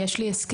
יש לי הסכם.